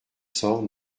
cents